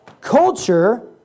Culture